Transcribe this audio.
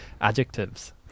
adjectives